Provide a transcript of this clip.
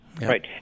right